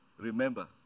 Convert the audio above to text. Remember